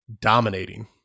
dominating